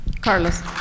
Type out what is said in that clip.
Carlos